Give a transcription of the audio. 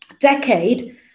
decade